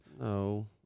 No